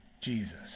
Jesus